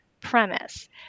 premise